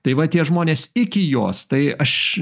tai va tie žmonės iki jos tai aš